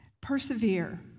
persevere